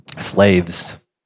Slaves